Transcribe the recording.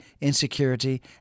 insecurity